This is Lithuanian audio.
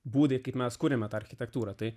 būdai kaip mes kuriame architektūrą tai